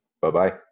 Bye-bye